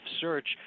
search